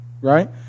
Right